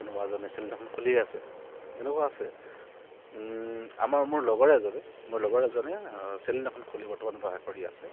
কোনোবা এজনে চেলুন এখন খুলিয়ে আছে এনেকুৱা আছে আমাৰ মোৰ লগৰ এজনে মোৰ লগৰে এজনে চেলুন এখন খুলি বৰ্তমান ব্যৱহাৰ কৰি আছে